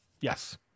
Yes